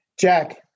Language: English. Jack